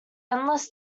endless